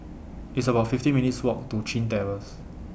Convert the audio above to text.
It's about fifteen minutes' Walk to Chin Terrace